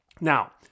Now